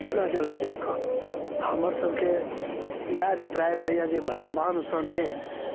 जगह जगह जाकऽ हमर सबके इएह अभिप्राय रहैये जे भगवानसँ नेह